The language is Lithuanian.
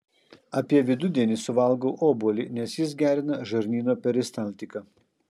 apie vidudienį suvalgau obuolį nes jis gerina žarnyno peristaltiką